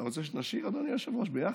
אתה רוצה שנשיר, אדוני היושב-ראש, ביחד?